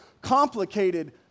complicated